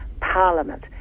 Parliament